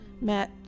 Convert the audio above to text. Matt